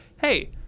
hey